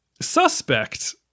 suspect